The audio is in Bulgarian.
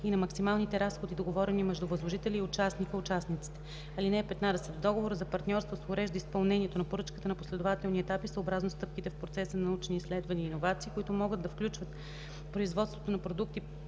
и на максималните разходи, договорени между възложителя и участника/участниците. (15) В договора за партньорство се урежда изпълнението на поръчката на последователни етапи съобразно стъпките в процеса на научни изследвания и иновации, които могат да включват производството на продуктите,